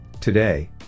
Today